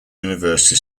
university